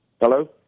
Hello